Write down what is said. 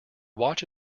watch